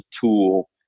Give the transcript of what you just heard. tool